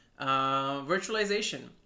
virtualization